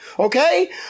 Okay